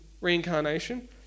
reincarnation